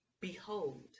behold